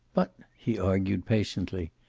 but, he argued patiently,